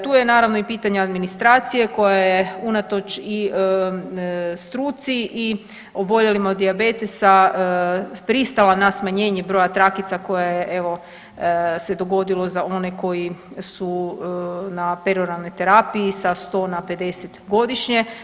Tu je naravno i pitanje administracije koja je unatoč i struci i oboljelima od dijabetesa pristala na smanjene broja trakica koje evo se dogodilo za one koji su na peroralnoj terapiji sa 100 na 50 godišnje.